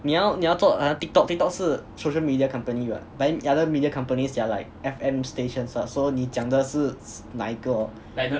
你要你要做好像 TikTok TikTok 是 social media company what but then the other media companies they're like F_M stations what so 你讲的是哪一个哦